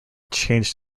changed